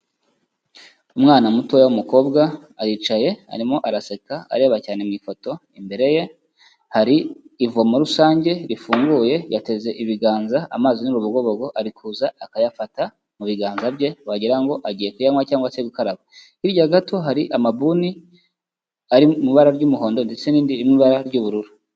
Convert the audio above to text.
Umwana mutoya w'umukobwa aricaye arimo araseka areba cyane mu ifoto, imbere ye hari ivomo rusange rifunguye yateze ibiganza amazi y'urugobogo ari kuza akayafata mu biganza bye, wagira ngo agiye kuyanywa cyangwa se gukaraba, hirya gato hari amabuni ari mu ibara ry'umuhondo ndetse n'irindi riri mu ibara ry'ubururu.